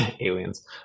aliens